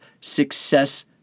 success